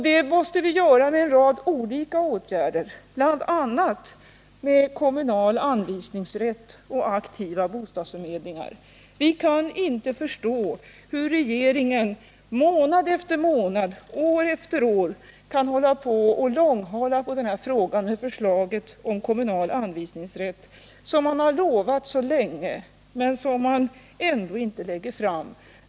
Det måste vi göra med en rad olika åtgärder, bl.a. med kommunal anvisningsrätt och aktiva bostadsförmedlingar. Vi kan inte förstå hur regeringen månad efter månad, år efter år kan hålla på och långhala frågan om kommunal anvisningsrätt. Man har så länge lovat ett förslag men lägger ändå inte fram något.